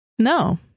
No